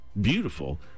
beautiful